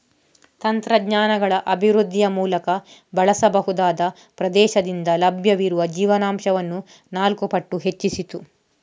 ತಂತ್ರಜ್ಞಾನಗಳ ಅಭಿವೃದ್ಧಿಯ ಮೂಲಕ ಬಳಸಬಹುದಾದ ಪ್ರದೇಶದಿಂದ ಲಭ್ಯವಿರುವ ಜೀವನಾಂಶವನ್ನು ನಾಲ್ಕು ಪಟ್ಟು ಹೆಚ್ಚಿಸಿತು